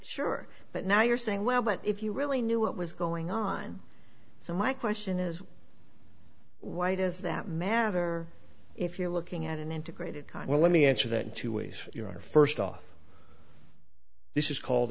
sure but now you're saying well but if you really knew what was going on so my question is why does that matter if you're looking at an integrated well let me answer that two ways you are first off this is called